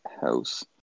House